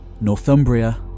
Northumbria